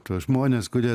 tuos žmones kurie